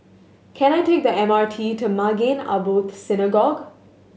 can I take the M R T to Maghain Aboth Synagogue